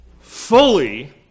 Fully